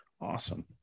Awesome